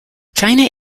china